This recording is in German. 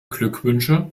glückwünsche